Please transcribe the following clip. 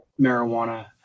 marijuana